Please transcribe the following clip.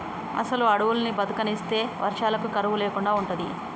అసలు అడువుల్ని బతకనిస్తే వర్షాలకు కరువు లేకుండా ఉంటది